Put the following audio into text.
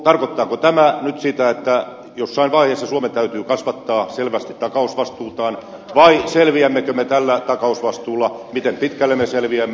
tarkoittaako tämä nyt sitä että jossain vaiheessa suomen täytyy kasvattaa selvästi takausvastuutaan vai selviämmekö me tällä takausvastuulla miten pitkälle me selviämme